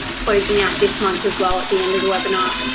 closing out this month as well, at the end of the webinar.